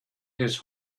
his